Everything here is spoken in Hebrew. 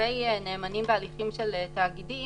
לגבי נאמנים בהליכים של תאגידים,